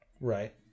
Right